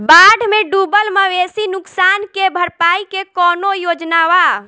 बाढ़ में डुबल मवेशी नुकसान के भरपाई के कौनो योजना वा?